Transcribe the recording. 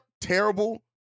terrible